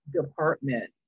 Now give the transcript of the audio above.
department